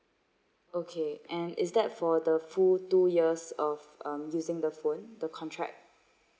okay and is that for the full two years of um using the phone the contract